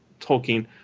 Tolkien